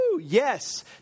Yes